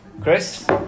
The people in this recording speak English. Chris